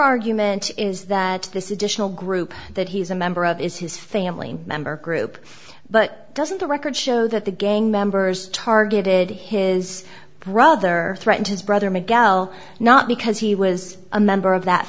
argument is that this additional group that he's a member of is his family member group but doesn't the record show that the gang members targeted his brother threatened his brother miguel not because he was a member of that